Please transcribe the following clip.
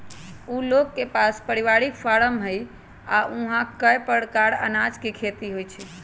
उ लोग के पास परिवारिक फारम हई आ ऊहा कए परकार अनाज के खेती होई छई